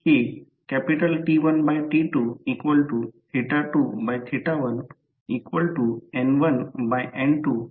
मी सांगितले की प्रयोगशाळेत स्टेटर कसे आहे किंवा रोटर मध्ये काय आहे ते पाहणे योग्य आहे